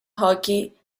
hockey